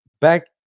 back